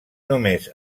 només